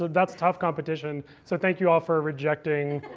that's tough competition. so thank you all for rejecting